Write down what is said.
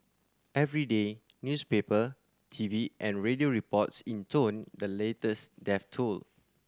every day newspaper TV and radio reports intoned the latest death toll